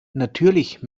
natürlich